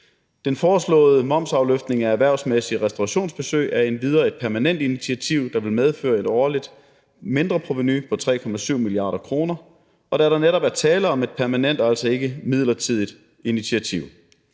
Den foreslåede momsafløftning af erhvervsmæssige restaurationsbesøg er endvidere et permanent initiativ, der vil medføre et årligt mindreprovenu på 3,7 mia. kr., da der netop er tale om et permanent og altså ikke midlertidigt initiativ.